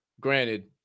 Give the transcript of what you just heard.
granted